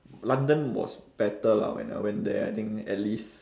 london was better lah when I went there I think at least